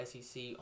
SEC